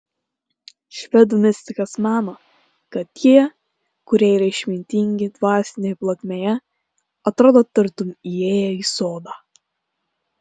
švedų mistikas mano kad tie kurie yra išmintingi dvasinėje plotmėje atrodo tartum įėję į sodą